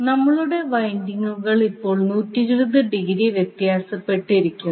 നമ്മളുടെ വൈഡിംഗുകൾ ഇപ്പോൾ 120 ഡിഗ്രി വ്യത്യാസപ്പെട്ടിരിക്കുന്നു